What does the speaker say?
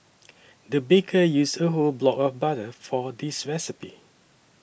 the baker used a whole block of butter for this recipe